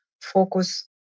focus